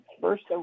First